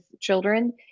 children